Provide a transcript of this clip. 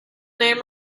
name